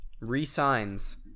re-signs